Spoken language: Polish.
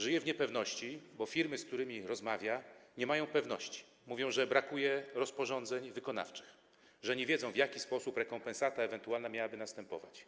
Żyje w niepewności, bo firmy, z którymi rozmawia, nie mają pewności, mówią, że brakuje rozporządzeń wykonawczych, że nie wiedzą, w jaki sposób ewentualna rekompensata miałaby następować.